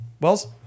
Wells